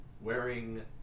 wearing